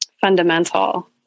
Fundamental